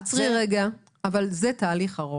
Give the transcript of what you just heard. זה תהליך ארוך.